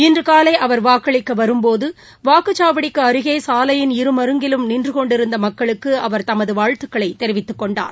இன்று காலை அவர் வாக்களிக்க வரும்போது வாக்குச்சாவடிக்கு அருகே சாலையின் இருமருங்கிலும் நின்று கொண்டிருந்த மக்களுக்கு அவர் தமது வாழ்த்துக்களைத் தெரிவித்துக் கொண்டார்